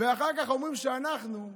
ואחר כך אומרים שאנחנו,